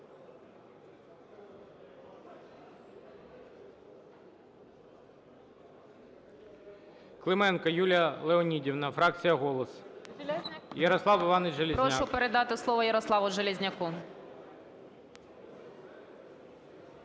Прошу передати слово Ярославу Железняку.